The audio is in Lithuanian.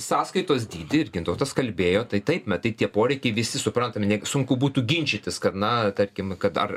sąskaitos dydį ir gintautas kalbėjo tai taip matyt tie poreikiai visi suprantame negi sunku būtų ginčytis kad na tarkim kad ar